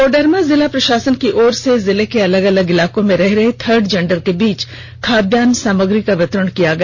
कोडरमा जिला प्रशासन की ओर से जिले के अलग अलग इलाकों में रह रहे थर्ड जेंडर के बीच खाद्यान्न सामग्री का वितरण किया गया